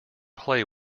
play